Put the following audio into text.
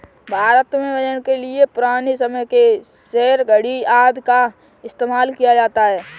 भारत में वजन के लिए पुराने समय के सेर, धडी़ आदि का इस्तेमाल किया जाता था